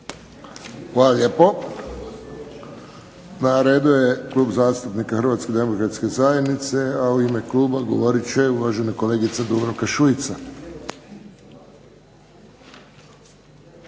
Hvala lijepo. Na redu je Klub zastupnika Hrvatske demokratske zajednice, a u ime kluba govorit će uvažena kolegica Dubravka Šuica.